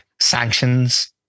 sanctions